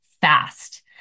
fast